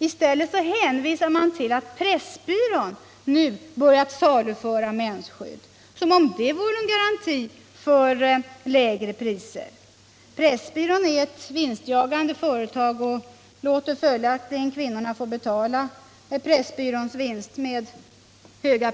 I stället hänvisar man till att Pressbyrån nu har börjat saluföra mensskydd - som om det vore någon garanti för lägre priser. Pressbyrån är ett vinstjagande företag och låter följaktligen kvinnorna få betala Pressbyråns vinst med höga